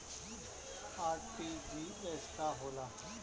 RTGS का होला?